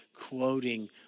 quoting